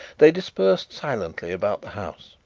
they dispersed silently about the house.